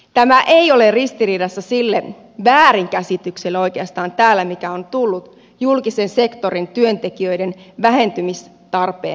tämä ei ole ristiriidassa sille väärinkäsitykselle oikeastaan täällä mikä on tullut julkisen sektorin työntekijöiden vähentymistarpeen myötä